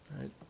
right